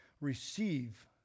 receive